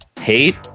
hate